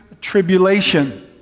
tribulation